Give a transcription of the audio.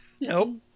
Nope